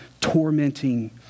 tormenting